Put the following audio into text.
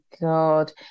God